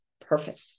Perfect